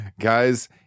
guys